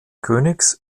königs